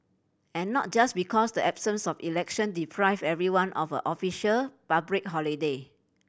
and not just because the absence of election deprived everyone of a official public holiday